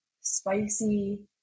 spicy